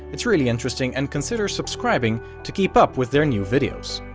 it's really interesting and consider subscribing to keep up with their new videos.